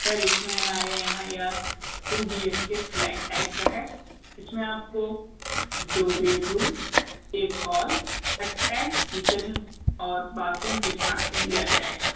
sir इसमें हमारे यहाँ यह two B H K flat type का है इसमें आपको दो बैडरूम एक हॉल अटैच किचन और बाथरूम के साथ दिया जाएगा